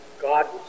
God